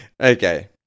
Okay